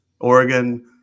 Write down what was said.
Oregon